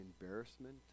embarrassment